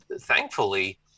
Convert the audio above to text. thankfully